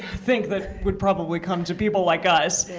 think that would probably come to people like us.